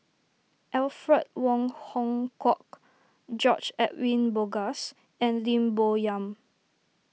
Alfred Wong Hong Kwok George Edwin Bogaars and Lim Bo Yam